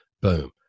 boom